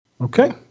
Okay